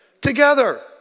together